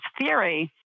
theory